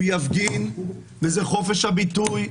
הוא יפגין כמה שהוא רוצה להפגין,